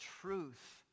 truth